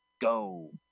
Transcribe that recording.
go